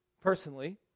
personally